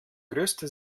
größte